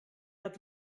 hat